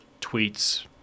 Tweets